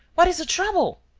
what is the trouble.